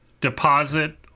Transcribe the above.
deposit